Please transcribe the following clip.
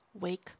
wake